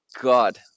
God